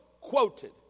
Quoted